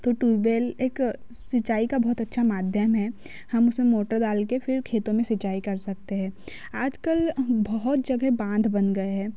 तो ट्यूबेल एक सिंचाई का बहुत अच्छा माध्यम है हम उसमें मोटर डाल के फिर खेतों में सिंचाई कर सकते हैं आजकल बहुत जगह बांध बन गए हैं